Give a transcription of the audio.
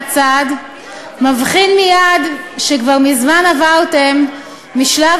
כל מי שמביט בכם מהצד מבחין מייד שכבר מזמן עברתם משלב